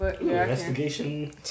Investigation